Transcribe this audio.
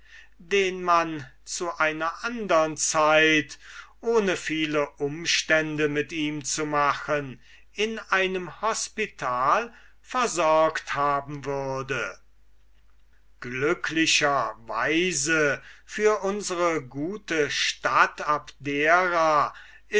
den man zu einer andern zeit ohne viele umstände mit ihm zu machen in einem hospital versorgt haben würde glücklicher weise für unsere gute stadt abdera